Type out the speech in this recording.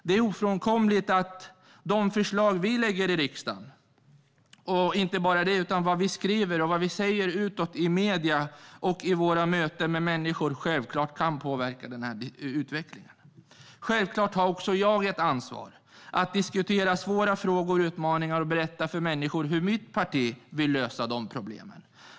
Det är ofrånkomligt att de förslag vi lägger fram i riksdagen och vad vi skriver och säger utåt i medierna och i våra möten med människor självklart kan påverka utvecklingen. Självklart har också jag ett ansvar att diskutera svåra frågor, ta mig an utmaningar och berätta för människor hur mitt parti vill lösa problemen.